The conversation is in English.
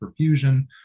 perfusion